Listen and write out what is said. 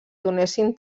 donessin